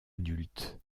adulte